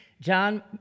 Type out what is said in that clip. John